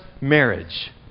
marriage